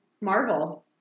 Marvel